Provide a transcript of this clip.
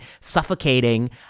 suffocating